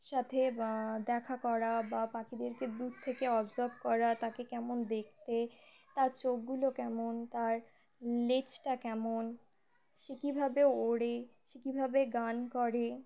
সাথে দেখা করা বা পাখিদেরকে দূর থেকে অবজার্ভ করা তাকে কেমন দেখতে তার চোখগুলো কেমন তার লেজটা কেমন সে কীভাবে ওড়ে সে কীভাবে গান করে